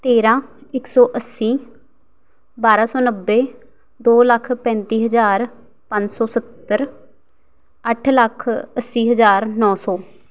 ਤੇਰਾਂ ਇੱਕ ਸੌ ਅੱਸੀ ਬਾਰਾਂ ਸੌ ਨੱਬੇ ਦੋ ਲੱਖ ਪੈਂਤੀ ਹਜ਼ਾਰ ਪੰਜ ਸੌ ਸੱਤਰ ਅੱਠ ਲੱਖ ਅੱਸੀ ਹਜ਼ਾਰ ਨੌ ਸੌ